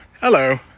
Hello